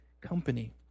company